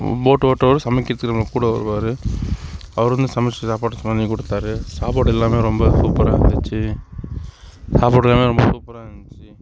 boat ஓட்டுறவரு சமைக்கிறதுக்கு நம்ம கூட வருவார் அவர் வந்து சமைத்த சாப்பாடு பண்ணி கொடுத்தாரு சாப்பாடு எல்லாமே ரொம்ப சூப்பராக இருந்துச்சு சாப்பாடு எல்லாமே ரொம்ப சூப்பராக இருந்துச்சி